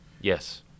Yes